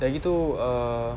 dah gitu uh